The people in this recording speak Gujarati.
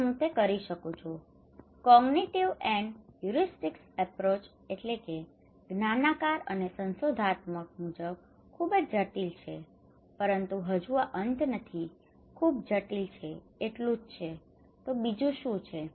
અને હું તે કરી શકું છું cognitive and heuristic approach cognitive and a heuristic જ્ઞાનાકાર અને સંશોધનાત્મક મુજબ ખૂબ જ જટિલ છે પરંતુ હજું આ અંત નથીખૂબ જટિલ છે એટલું જ છે બીજું શું છે